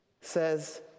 says